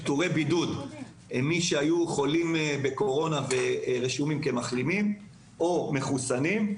פטורי בידוד הם מי שהיו חולים בקורונה ורשומים כמחלימים או מחוסנים.